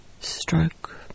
stroke